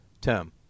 term